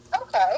Okay